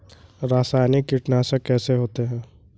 रासायनिक कीटनाशक कैसे होते हैं?